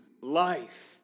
life